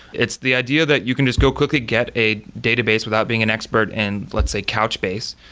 it's the idea that you can just go quickly get a database without being an expert and let's say, couchbase.